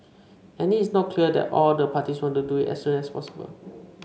and it is not clear that all the parties want to do it as soon as possible